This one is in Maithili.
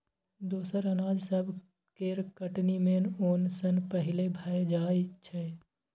दोसर अनाज सब केर कटनी मेन ओन सँ पहिले भए जाइ छै